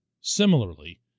similarly